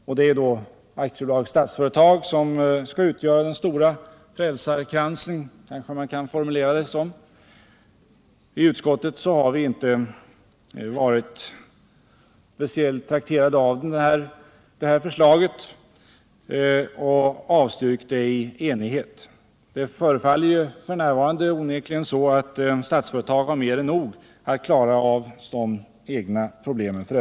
Det är då, enligt denna uppfattning, AB Statsföretag som skall vara den stora frälsarkransen — man kanske kan formulera det så. I utskottet har vi inte varit speciellt trakterade av det förslaget och avstyrkt det i enighet. Det förefaller f.n. onekligen som om Statsföretag har mer än nog med att klara av sina egna problem.